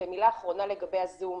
מילה אחרונה לגבי הזום.